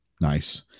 Nice